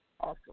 awesome